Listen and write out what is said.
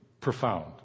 profound